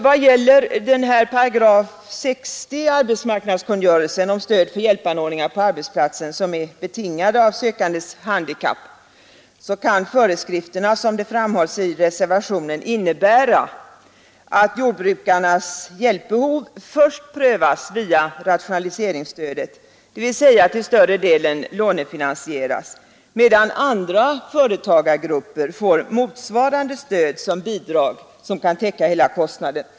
Vad gäller 60 § i arbetsmarknadskungörelsen om stöd för hjälpanordningar på arbetsplatsen som är betingade av sökandes handikapp kan föreskrifterna — som framhålls i reservationen — innebära att jordbrukarnas hjälpbehov först prövas via rationaliseringsstödet, dvs. till större delen lånefinansieras, medan andra företagargrupper får motsvarande stöd som bidrag som kan täcka hela kostnaden.